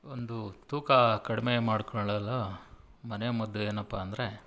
ಒಂದು ತೂಕ ಕಡಿಮೆ ಮಾಡಿಕೊಳ್ಳಲು ಮನೆಮದ್ದು ಏನಪ್ಪ ಅಂದರೆ